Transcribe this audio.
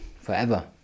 forever